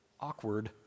Awkward